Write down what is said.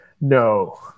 No